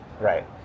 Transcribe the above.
Right